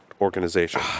organization